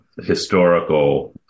historical